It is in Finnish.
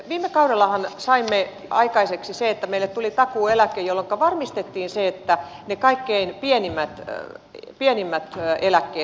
viime kaudellahan saimme aikaiseksi sen että meille tuli takuueläke jolloinka varmistettiin se että ne kaikkein pienimmät eläkkeet nousivat